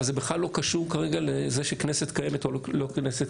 בכלל לא קשור כרגע לזה שכנסת קיימת או לא קיימת,